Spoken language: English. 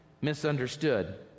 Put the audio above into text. misunderstood